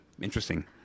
interesting